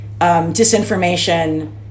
disinformation